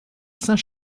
saint